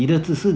that time